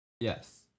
Yes